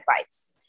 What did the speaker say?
advice